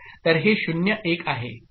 तर हे 0 1 आहे ठीक